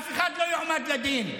אף אחד לא יועמד לדין.